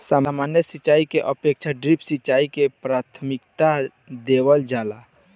सामान्य सिंचाई के अपेक्षा ड्रिप सिंचाई के प्राथमिकता देवल जाला